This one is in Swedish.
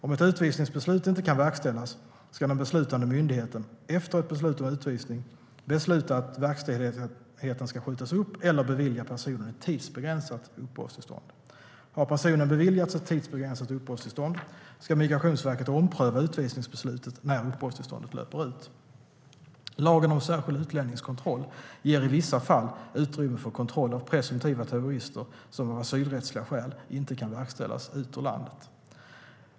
Om ett utvisningsbeslut inte kan verkställas ska den beslutande myndigheten, efter ett beslut om utvisning, besluta att verkställigheten ska skjutas upp eller bevilja personen ett tidsbegränsat uppehållstillstånd. Har personen beviljats ett tidsbegränsat uppehållstillstånd ska Migrationsverket ompröva utvisningsbeslutet när uppehållstillståndet löper ut. Lagen om särskild utlänningskontroll ger i vissa fall utrymme för kontroll av presumtiva terrorister som av asylrättsliga skäl inte kan verkställas ut ur landet.